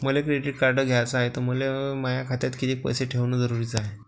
मले credit card घ्याचं हाय, त मले माया खात्यात कितीक पैसे ठेवणं जरुरीच हाय?